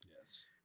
Yes